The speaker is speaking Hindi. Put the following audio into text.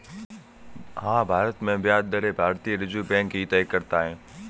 हाँ, भारत में ब्याज दरें भारतीय रिज़र्व बैंक ही तय करता है